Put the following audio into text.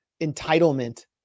entitlement